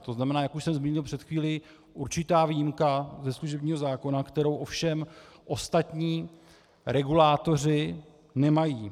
To znamená, jak už jsem zmínil před chvílí, určitá výjimka ze služebního zákona, kterou ovšem ostatní regulátoři nemají.